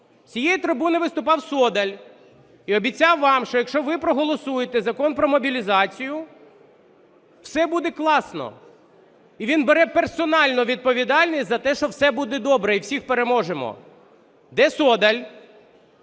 цієї трибуни виступав Содоль і обіцяв вам, що якщо ви проголосуєте Закон про мобілізацію, все буде класно, і він бере персональну відповідальність за те, що все буде добре і всіх переможемо. Де Содоль?